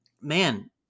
man